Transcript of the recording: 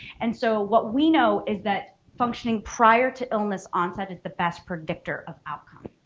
and so what we know is that functioning prior to illness onset is the best predictor of outcomes.